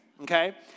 okay